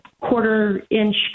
quarter-inch